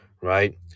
right